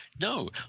no